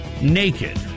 naked